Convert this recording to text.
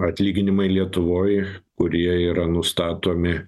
atlyginimai lietuvoj kurie yra nustatomi